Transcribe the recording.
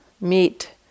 meet